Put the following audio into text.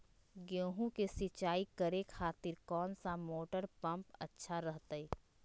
गेहूं के सिंचाई करे खातिर कौन सा मोटर पंप अच्छा रहतय?